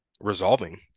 resolving